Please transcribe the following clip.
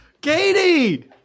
Katie